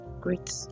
great